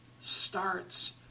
starts